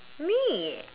me